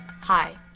Hi